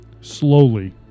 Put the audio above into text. Slowly